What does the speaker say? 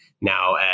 now